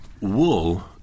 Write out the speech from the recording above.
wool